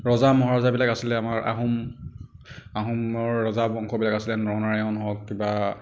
ৰজা মহাৰজাবিলাক আছিলে আমাৰ আহোম আহোমৰ ৰজা বংশবিলাক আছিলে নৰনাৰায়ণ হওক কিবা